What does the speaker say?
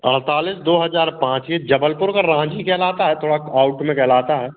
अड़तालीस दो हज़ार पाँच ये जबलपुर का राँझी कहलाता है थोड़ा आउट में कहलाता है